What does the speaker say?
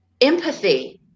empathy